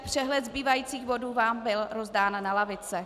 Přehled zbývajících bodů vám byl rozdán na lavice.